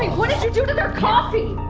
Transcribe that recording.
what did you do to their coffee!